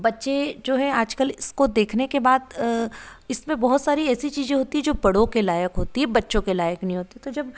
बच्चे जो है आजकल इसको देखने के बाद इस पर बहुत सारी ऐसी चीज़ें होती है जो बड़ों के लायक होती है बच्चों के लायक नहीं होती तो जब